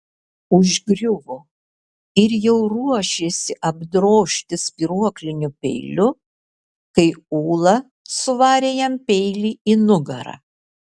užgriuvo ir jau ruošėsi apdrožti spyruokliniu peiliu kai ula suvarė jam peilį į nugarą